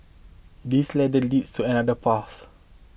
this ladder leads to another path